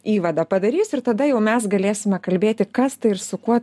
įvadą padarys ir tada jau mes galėsime kalbėti kas tai ir su kuo